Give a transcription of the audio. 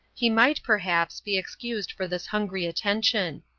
he might, perhaps, be excused for this hungry attention.